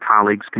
colleagues